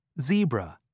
zebra